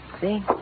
See